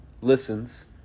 listens